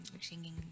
singing